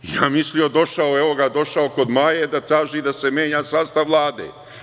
Ja mislio, evo ga došao kod Maje da traži da se menja sastav Vlade.